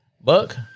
Buck